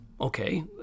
okay